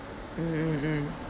mm mm mm